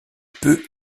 peu